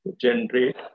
generate